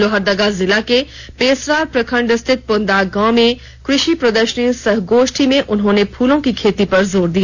लोहरदगा जिला के पेसरार प्रखंड स्थित पुनदाग गांव में कृषि प्रदर्शनी सह गोष्ठी में उन्होंने फूलों की खेती पर जोर दिया